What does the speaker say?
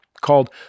called